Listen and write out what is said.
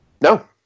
No